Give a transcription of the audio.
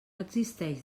existeix